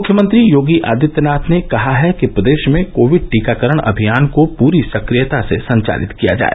मुख्यमंत्री योगी आदित्यनाथ ने कहा है कि प्रदेश में कोविड टीकाकरण अभियान को पूरी सक्रियता से संचालित किया जाए